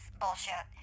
bullshit